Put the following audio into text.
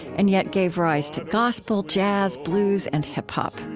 and yet gave rise to gospel, jazz, blues and hip-hop.